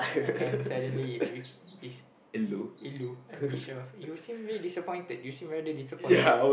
and suddenly it is and Michelle you seem very disappointed you seem very disappointed